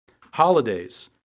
Holidays